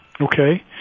Okay